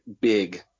big